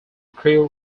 crew